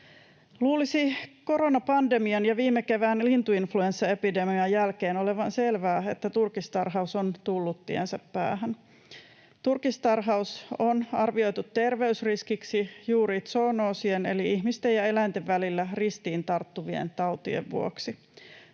Luulisi koronapandemian ja viime kevään lintuinfluenssaepidemian jälkeen olevan selvää, että turkistarhaus on tullut tiensä päähän. Turkistarhaus on arvioitu terveysriskiksi juuri zoonoosien eli ihmisten ja eläinten välillä ristiin tarttuvien tautien vuoksi.